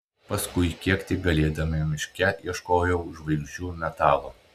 paskui kiek tik galėdama miške ieškojau žvaigždžių metalo